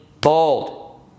bold